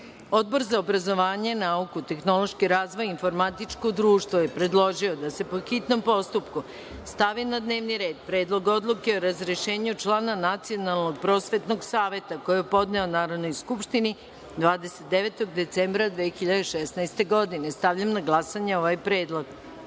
za obrazovanje, nauku, tehnološki razvoj i informatičko društvo je predložio da se, po hitnom postupku, stavi na dnevni red Predlog odluke o razrešenju člana Nacionalnog prosvetnog saveta, koji je podneo Narodnoj skupštini 29. decembra 2016. godine. Stavljam na glasanje ovaj predlog. Molim